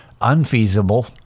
unfeasible